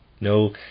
No